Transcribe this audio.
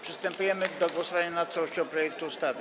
Przystępujemy do głosowania nad całością projektu ustawy.